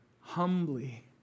humbly